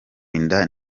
inda